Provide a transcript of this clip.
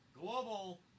global